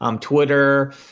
Twitter